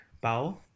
bow